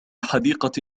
حديقة